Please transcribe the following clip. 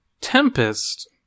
tempest